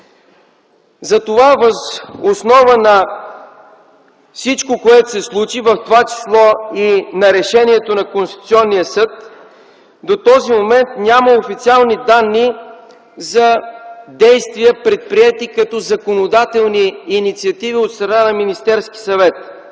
Въз основа на всичко, което се случи, в това число и на решението на Конституционния съд, до този момент няма официални данни за действия, предприети като законодателни инициативи от страна на Министерския съвет.